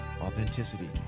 Authenticity